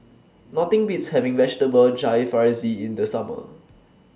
Nothing Beats having Vegetable Jalfrezi in The Summer